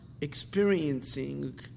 experiencing